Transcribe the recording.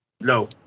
No